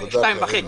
פי שניים וחצי.